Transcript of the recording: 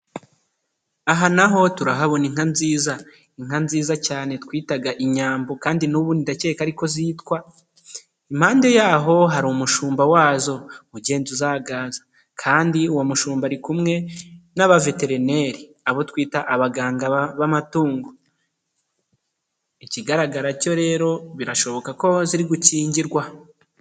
Aha naho turahabona inka nziza, inka nziza cyane twitaga inyambo kandi n'ubundi ndakeka ariko ko zitwa, impande yaho hari umushumba wazo, ugenda uzagaza kandi mushumba ari kumwe n'abaveterineri abo twita abaganga b'amatungo, ikigaragara cyo rero birashoboka ko ziri gukingirwa.